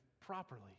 properly